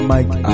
Mike